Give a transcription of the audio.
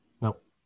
Nope